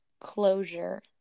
Closure